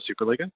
Superliga